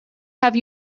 have